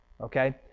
Okay